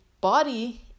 Body